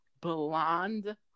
blonde